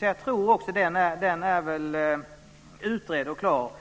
Jag tror att den modellen är utredd och klar.